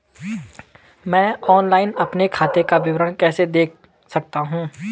मैं ऑनलाइन अपने खाते का विवरण कैसे देख सकता हूँ?